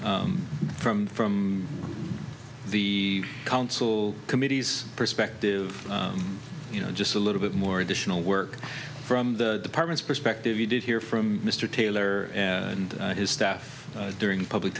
been from from the council committees perspective you know just a little bit more additional work from the departments perspective you did hear from mr taylor and his staff during public